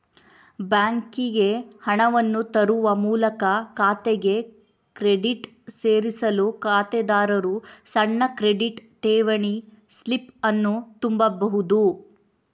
ಬ್ಯಾಂಕಿಗೆ ಹಣವನ್ನು ತರುವ ಮೂಲಕ ಖಾತೆಗೆ ಕ್ರೆಡಿಟ್ ಸೇರಿಸಲು ಖಾತೆದಾರರು ಸಣ್ಣ ಕ್ರೆಡಿಟ್, ಠೇವಣಿ ಸ್ಲಿಪ್ ಅನ್ನು ತುಂಬಬಹುದು